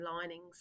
linings